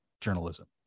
journalism